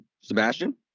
Sebastian